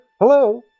hello